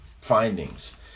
findings